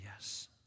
yes